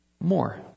more